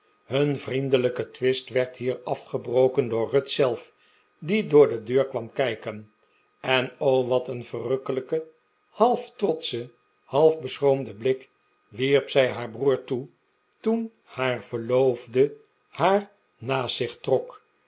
hun vriendelijke twist werd hier afgebroken door ruth zelf die door de deur kwam kijken en o wat een verrukkelijken half trotschen half beschroomden blik wierp zij haar broer toe toen haar verloofde haar naast zich trok